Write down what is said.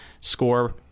score